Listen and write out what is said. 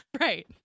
right